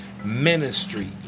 ministry